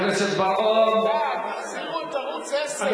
תחזירו את ערוץ-10.